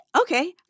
Okay